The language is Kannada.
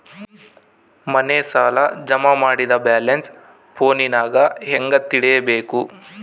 ಮನೆ ಸಾಲ ಜಮಾ ಮಾಡಿದ ಬ್ಯಾಲೆನ್ಸ್ ಫೋನಿನಾಗ ಹೆಂಗ ತಿಳೇಬೇಕು?